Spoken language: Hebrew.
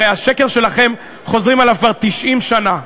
הרי השקר שלכם, חוזרים עליו כבר 90 שנה.